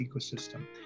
ecosystem